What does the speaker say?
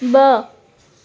ब॒